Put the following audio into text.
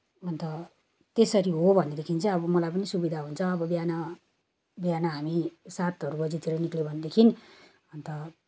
अन्त त्यसरी हो भनेदेखि चाहिँ अब मलाई पनि सुविधा हुन्छ अब बिहान बिहान हामी सातहरू बजीतिर निस्क्यौँ भनेदेखि अन्त